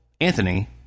Anthony